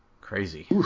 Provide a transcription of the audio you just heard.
Crazy